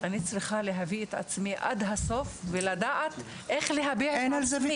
אני צריכה להביא את עצמי עד הסוף ולדעת איך להביע את עצמי.